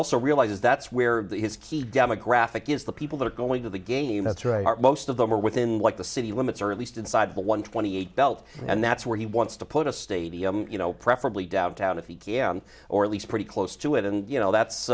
also realizes that's where his key demographic is the people that are going to the game that's right most of them are within the city limits or at least inside one twenty eight belt and that's where he wants to put a stadium you know preferably downtown if he can or at least pretty close to it and you know that's